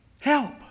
help